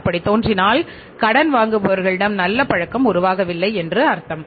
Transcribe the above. அப்படி தோன்றினால் கடன் வாங்குபவர்களிடம் நல்ல பழக்கம் உருவாகவில்லை என்று அர்த்தம்